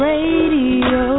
Radio